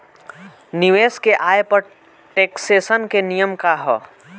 निवेश के आय पर टेक्सेशन के नियम का ह?